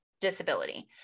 disability